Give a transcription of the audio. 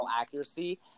accuracy